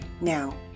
Now